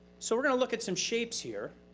so we're gonna look at some shapes here.